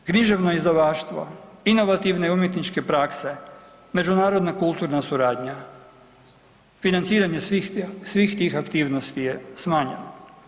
Književno izdavaštvo, inovativne i umjetničke prakse, međunarodna kulturna suradnja, financiranje svih tih aktivnosti je smanjeno.